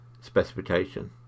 specification